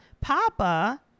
Papa